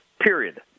period